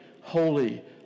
holy